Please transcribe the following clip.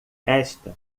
esta